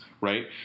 right